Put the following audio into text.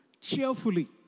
cheerfully